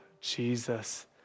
Jesus